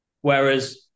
Whereas